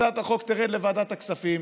הצעת החוק תרד לוועדת הכספים,